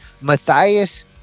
Matthias